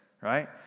right